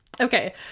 Okay